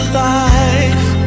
life